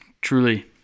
truly